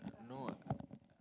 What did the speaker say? no